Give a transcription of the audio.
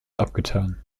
abgetan